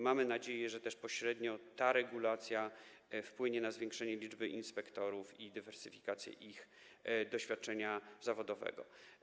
Mamy nadzieję, że też pośrednio ta regulacja wpłynie na zwiększenie liczby inspektorów i dywersyfikację ich doświadczenia zawodowego.